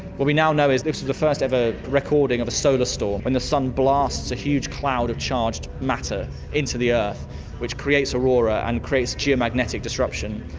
what we now know is this was the first ever recording of a solar storm when the sun blasts a huge cloud of charged matter into the earth which creates aurora and creates geomagnetic disruption.